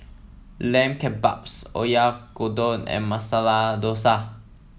Lamb Kebabs Oyakodon and Masala Dosa